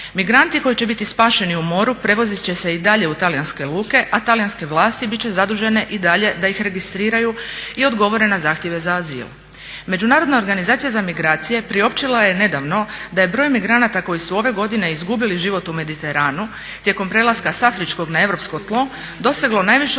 Migranti koji će biti spašeni u moru prevozit će se i dalje i u talijanske luke, a talijanske vlasti bit će zadužene i dalje da ih registriraju i odgovore na zahtjeve za azil. Međunarodna organizacija za emigracije priopćila je nedavno da je broj emigranata koji su ove godine izgubili život u Mediteranu tijekom prelaska s afričkog na europsko tlo doseglo najvišu razinu